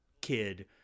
kid